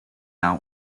now